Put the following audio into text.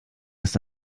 ist